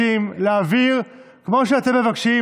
אפשר לראות את רשימת דוברים, בבקשה.